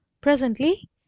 Presently